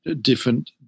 different